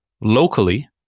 locally